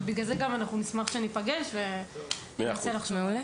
לכן גם נשמח שנפגש וננסה לחשוב ביחד.